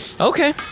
Okay